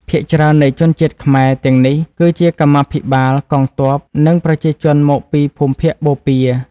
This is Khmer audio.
ភាគច្រើននៃជនជាតិខ្មែរទាំងនេះគឺជាកម្មាភិបាល កងទ័ព និងប្រជាជនមកពីភូមិភាគបូព៌ា។